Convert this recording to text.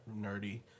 nerdy